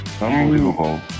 unbelievable